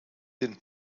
den